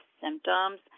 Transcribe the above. symptoms